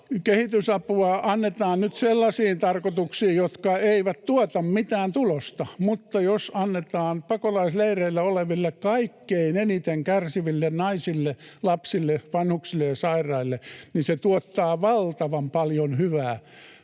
Kehitysapua annetaan nyt sellaisiin tarkoituksiin, jotka eivät tuota mitään tulosta, mutta jos annetaan pakolaisleireillä oleville, kaikkein eniten kärsiville naisille, lapsille, vanhuksille ja sairaille, niin se tuottaa valtavan paljon hyvää.